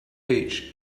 page